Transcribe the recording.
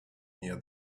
near